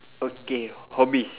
okay hobbies